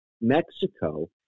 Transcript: Mexico